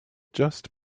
just